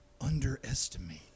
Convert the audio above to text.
underestimate